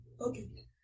okay